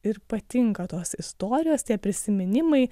ir patinka tos istorijos tie prisiminimai